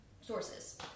sources